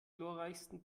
glorreichsten